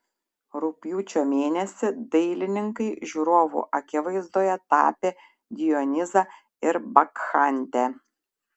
rugpjūčio mėnesį dailininkai žiūrovų akivaizdoje tapė dionizą ir bakchantę